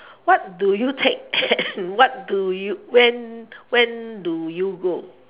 what do you take what do you when when do you go